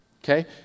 okay